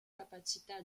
capacità